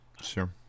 sure